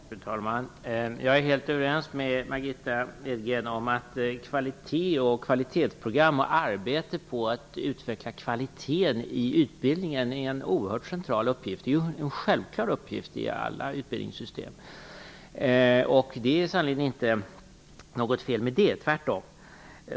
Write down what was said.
Fru talman! Jag är helt överens med Margitta Edgren om att det är oerhört centralt med kvalitetsprogram och arbeten med att utveckla kvaliteten i utbildningen. Det är en självklar uppgift i alla utbildningssystem. Det är sannerligen inte något fel med det, tvärtom.